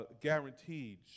guaranteed